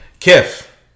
Kif